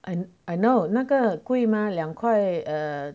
I I know 那个贵吗两块 err